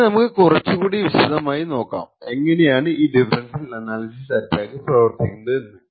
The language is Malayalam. ഇനി നമുക്ക് കുറച്ചുകൂടി വിശദമായി നോക്കാം എങ്ങനെയാണ് ഈ ഡിഫ്റൻഷ്യൽ അനാലിസിസ് അറ്റാക്ക് പ്രവർത്തിക്കുന്നത് എന്ന്